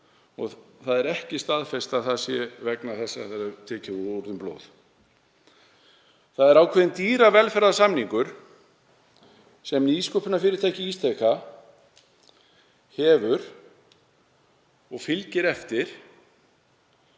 og það er ekki staðfest að það sé vegna þess að það var tekið úr þeim blóð. Það er ákveðinn dýravelferðarsamningur sem nýsköpunarfyrirtækið Ísteka hefur og fylgir eftir.